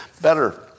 better